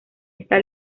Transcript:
está